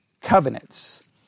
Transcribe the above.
covenants